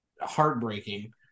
heartbreaking